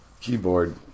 keyboard